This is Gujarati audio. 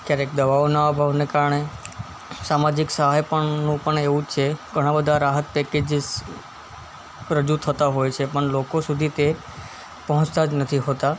ક્યારેક દવાઓના અભાવને કારણે સામાજિક સહાય પણનું પણ એવું જ છે ઘણાં બધા રાહત પૅકેજીસ રજૂ થતાં હોય છે પણ લોકો સુધી તે પહોંચતા જ નથી હોતા